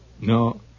no